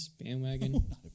Bandwagon